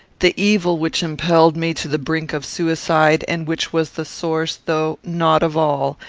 the evil which impelled me to the brink of suicide, and which was the source, though not of all,